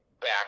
back